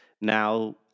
now